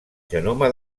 genoma